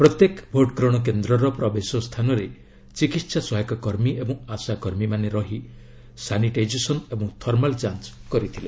ପ୍ରତ୍ୟେକ ଭୋଟ୍ ଗ୍ରହଣ କେନ୍ଦ୍ରର ପ୍ରବେଶ ସ୍ଥାନରେ ଚିକିତ୍ସା ସହାୟକ କର୍ମୀ ଓ ଆଶା କର୍ମୀମାନେ ରହି ସାନିଟାଇଜେସନ ଏବଂ ଥର୍ମାଲ ଯାଞ୍ଚ କରିଥିଲେ